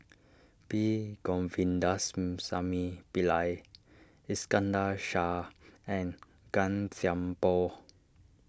P Govindasamy Pillai Iskandar Shah and Gan Thiam Poh